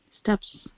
steps